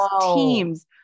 teams